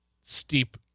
steep